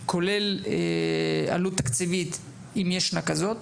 כולל עלות תקציבית אם ישנה כזאת,